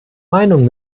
meinung